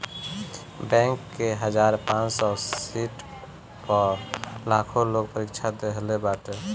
bank के हजार पांच सौ सीट पअ लाखो लोग परीक्षा देहले बाटे